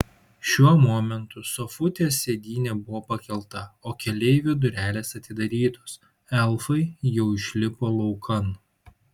šiuo momentu sofutės sėdynė buvo pakelta o keleivių durelės atidarytos elfai jau išlipo laukan